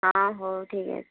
ହଁ ହଉ ଠିକ୍ ଅଛି